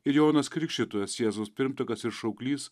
ir jonas krikštytojas jėzaus pirmtakas ir šauklys